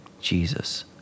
Jesus